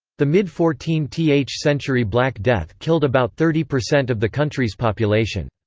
the mid fourteenth century black death killed about thirty percent of the country's population.